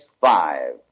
five